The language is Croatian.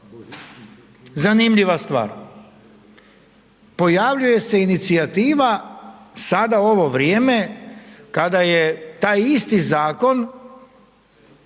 Zanimljiva stvar. Pojavljuje se inicijativa sada u ovo vrijeme kada je taj isti zakon